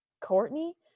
Courtney